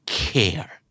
care